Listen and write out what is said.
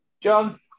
John